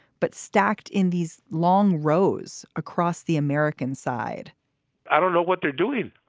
but stacked in these long rows across the american side i don't know what they're doing.